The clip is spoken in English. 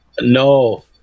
no